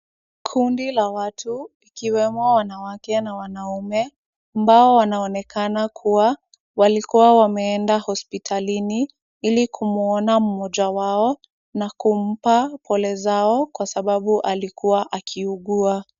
Kundi la watu ikiwemo wanawake na wanaume, ambao wanaonekana kuwa walikuwa wameenda hospitalini, ili kumuona mmoja wao na kumpa pole zao, kwa sababu alikuwa akiugua.